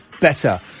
better